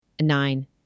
Nine